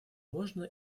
можно